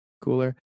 cooler